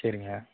சரிங்க